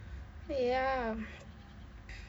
ya